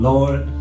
Lord